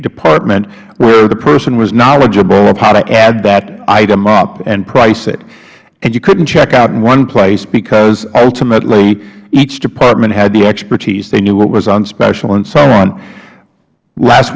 department where the person was knowledgeable of how to add that item up and price it and you couldn't check out in one place because ultimately each department had the expertise they knew when was on special and so on last